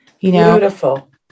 Beautiful